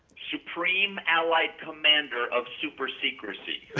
supreme allied commander of super secrecy.